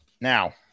Now